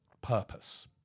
purpose